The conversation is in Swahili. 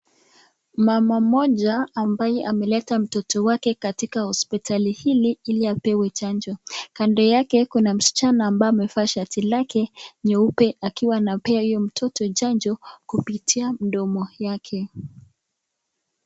Mama mmoja ambaye ameleta mtoto wake katika hospitali hili ili apewe chanjo kando yake kuna msichana ambaye amevaa shati lake jeupe akiwa anapea hiyo mtoto chanjo kupitia mdomo yake.